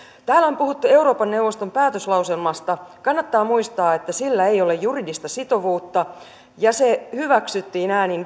täällä on puhuttu euroopan neuvoston päätöslauselmasta kannattaa muistaa että sillä ei ole juridista sitovuutta ja se hyväksyttiin äänin